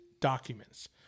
documents